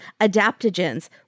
adaptogens